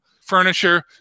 Furniture